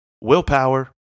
willpower